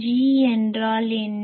G என்றால் என்ன